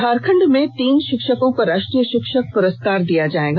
झारखंड के तीन शिक्षकों को राष्ट्रीय शिक्षक पुरस्कार दिया जाएगा